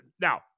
now